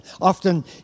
Often